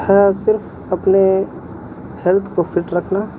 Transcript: ہے صرف اپنے ہیلتھ کو فٹ رکھنا